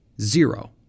zero